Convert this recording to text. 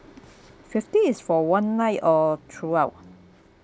fifty is for one night or throughout